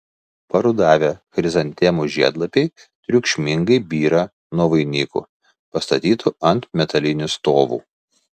parudavę chrizantemų žiedlapiai triukšmingai byra nuo vainikų pastatytų ant metalinių stovų